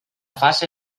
fase